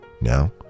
Now